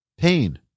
pain